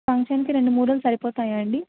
ఫంక్షన్కి రెండు మూరలు సరిపోతాయా అండి